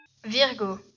Virgo